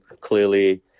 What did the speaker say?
Clearly